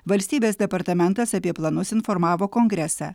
valstybės departamentas apie planus informavo kongresą